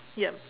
yup